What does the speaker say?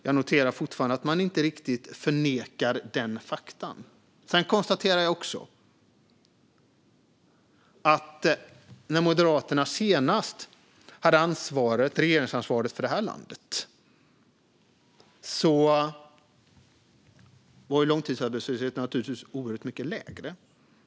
Jag noterar fortfarande att man inte riktigt förnekar det faktumet. När Moderaterna senast hade regeringsansvaret för landet var långtidsarbetslösheten naturligtvis oerhört mycket lägre.